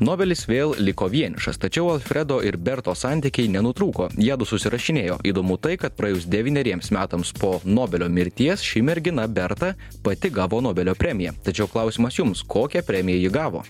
nobelis vėl liko vienišas tačiau alfredo ir bertos santykiai nenutrūko jiedu susirašinėjo įdomu tai kad praėjus devyneriems metams po nobelio mirties ši mergina berta pati gavo nobelio premiją tačiau klausimas jums kokią premiją ji gavo